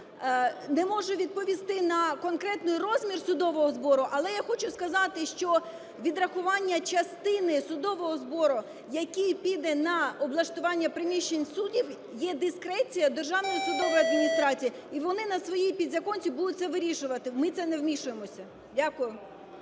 Не можу відповісти на конкретний розмір судового збору, але я хочу сказати, що відрахування частини судового збору, яка піде на облаштування приміщень судів є дискреція Державної судової адміністрації, і вони на своїй підзаконці будуть це вирішувати, ми в це не вмішуємося. Дякуємо.